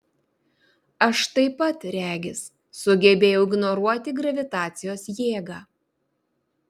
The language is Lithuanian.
aš taip pat regis sugebėjau ignoruoti gravitacijos jėgą